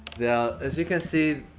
yeah as you can see,